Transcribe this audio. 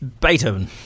Beethoven